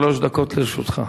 שלוש דקות לרשותך.